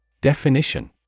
DEFINITION